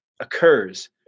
occurs